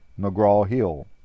McGraw-Hill